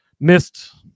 Missed